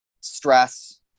Stress